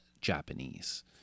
japanese